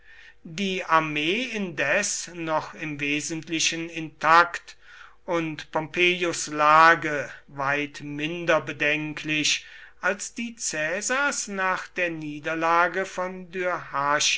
die armee indes noch im wesentlichen intakt und pompeius lage weit minder bedenklich als die caesars nach der niederlage von